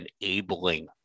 enabling